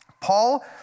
Paul